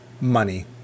Money